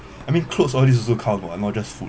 I mean clothes all these also count what not just food